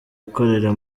ikorera